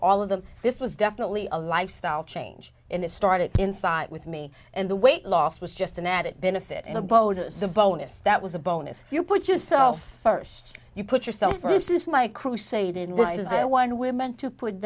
all of them this was definitely a lifestyle change and it started inside with me and the weight loss was just an added benefit and a bold bonus that was a bonus you put yourself first you put yourself this is my crusade in this is i won women to put